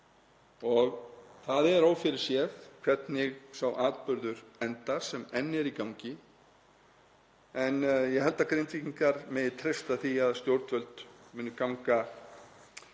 Það er ófyrirséð hvernig sá atburður endar sem enn er í gangi. En ég held að Grindvíkingar megi treysta því að stjórnvöld muni ganga